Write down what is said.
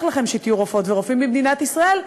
לכם שתהיו רופאות ורופאים במדינת ישראל,